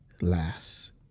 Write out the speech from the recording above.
last